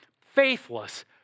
faithless